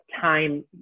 time